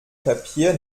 papier